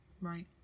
right